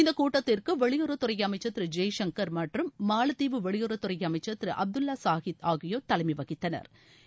இந்தக் கூட்டத்திற்கு வெளியுறவுத்துறை அமைச்ச் திரு ஜெய்சங்கள் மற்றும் மாலத்தீவு வெளியுறவுத்துறை அமைச்சா் திரு அப்துல்லா சாஹித் ஆகியோா் தலைமை வகித்தனா்